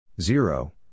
zero